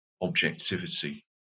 objectivity